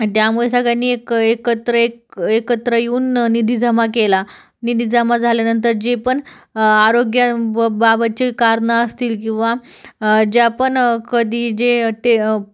त्यामुळे सगळ्यांनी एक एकत्र एक एकत्र येऊन निधी जमा केला निधी जमा झाल्यानंतर जे पण आरोग्य व बाबतचे कारणं असतील किंवा ज्या पण कधी जे ते